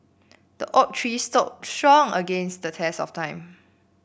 the oak tree stood strong against the test of time